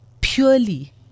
purely